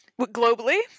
Globally